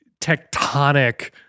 tectonic